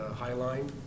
Highline